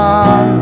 on